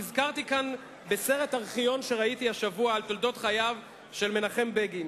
נזכרתי כאן בסרט ארכיון שראיתי השבוע על תולדות חייו של מנחם בגין,